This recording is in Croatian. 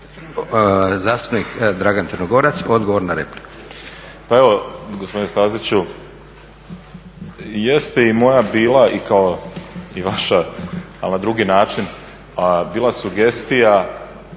na repliku. **Crnogorac, Dragan (SDSS)** Pa evo, gospodine Staziću jeste i moja bila i kao i vaša ali na drugi način bila sugestija